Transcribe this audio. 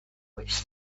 which